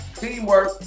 teamwork